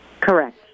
Correct